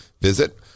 visit